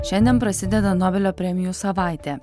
šiandien prasideda nobelio premijų savaitė